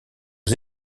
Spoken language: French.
aux